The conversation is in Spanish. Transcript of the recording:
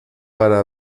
para